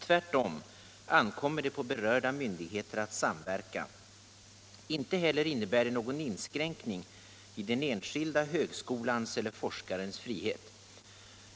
Tvärtom ankommer det på berörda myndigheter att samverka. Inte heller innebär det någon inskränkning i den enskilda högskolans eller forskarens frihet.